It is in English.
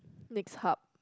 next hub